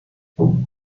lots